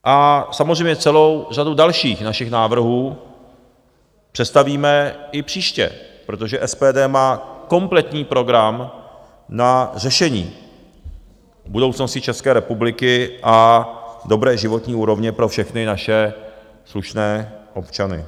A samozřejmě celou řadu dalších našich návrhů představíme i příště, protože SPD má kompletní program na řešení budoucnosti České republiky a dobré životní úrovně pro všechny naše slušné občany.